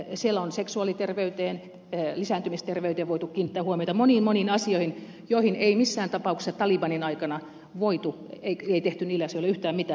siellä on seksuaaliterveyteen lisääntymisterveyteen voitu kiinnittää huomiota ja moniin moniin asioihin joille ei missään tapauksessa talibanin aikana tehty yhtään mitään